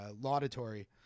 laudatory